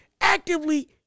actively